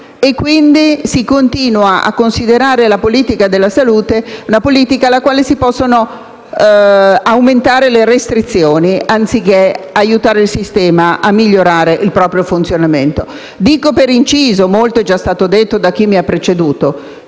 e che si continua quindi a considerare la politica della salute come quella in cui si possono aumentare le restrizioni, anziché aiutare il sistema a migliorare il proprio funzionamento. Dico per inciso - molto è già stato detto da chi mi ha preceduto